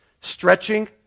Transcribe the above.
Stretching